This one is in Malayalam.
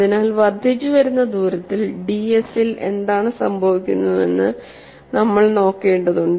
അതിനാൽ വർദ്ധിച്ചുവരുന്ന ദൂരത്തിൽ ds ൽ എന്താണ് സംഭവിക്കുന്നതെന്ന് നമ്മൾ നോക്കേണ്ടതുണ്ട്